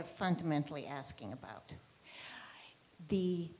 you're fundamentally asking about the